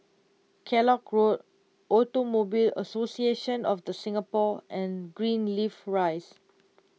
Kellock Road Automobile Association of the Singapore and Greenleaf Rise